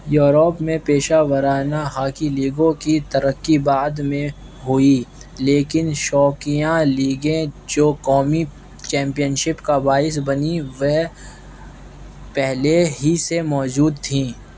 Europe میں پیشہ ورانہ ہاکی لیگوں کی ترقی بعد میں ہوئی لیکن شوقیاں لیگیں جو قومی چیمپئن شپ کا باعث بنی وے پہلے ہی سے موجود تھیں